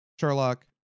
Sherlock